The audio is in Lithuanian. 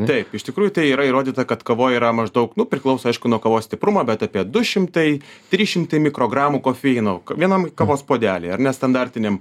taip iš tikrųjų tai yra įrodyta kad kavoj yra maždaug nu priklauso aišku nuo kavos stiprumo bet apie du šimtai trys šimtai mikrogramų kofeino vienam kavos puodely ar ne standartiniam